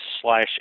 slash